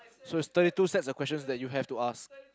so it's thirty two set of questions you have to ask